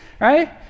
right